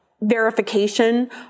verification